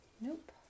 Nope